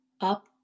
up